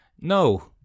No